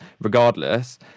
regardless